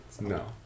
No